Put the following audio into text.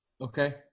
Okay